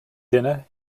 dinner